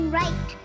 right